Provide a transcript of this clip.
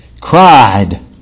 cried